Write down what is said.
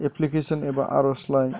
application एबा आर'जलाइ